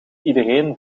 iedereen